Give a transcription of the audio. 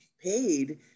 paid